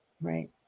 Right